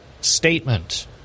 statement